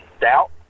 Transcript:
doubt